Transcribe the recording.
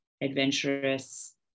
adventurous